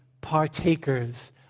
partakers